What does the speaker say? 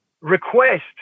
request